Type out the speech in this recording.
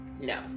no